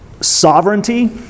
sovereignty